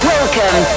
Welcome